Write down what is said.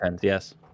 yes